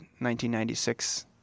1996